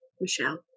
michelle